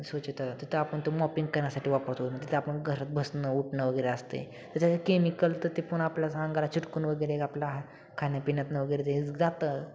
स्वच्छता तिथं आपण तो मॉपिंग करण्यासाठी वापरतो तिथं आपण घरात बसणं उठणं वगैरे असतं त्याच्यात केमिकल तर ते पण आपल्याच अंगाला चिकटून वगैरे आपल्या हा खाण्यापिण्यातून वगैरे ते हे जातं